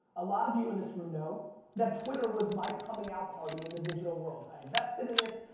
a lot of you in this room know that twitter was my coming out party in the digital world. i invested in it,